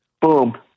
Boom